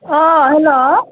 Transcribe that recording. hello